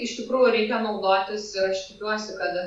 iš tikrųjų reikia naudotis ir aš tikiuosi kad